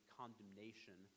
condemnation